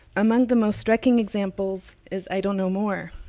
among the most striking examples is i don't know more,